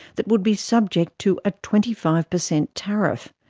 that would be subject to a twenty five percent tariff.